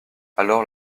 alors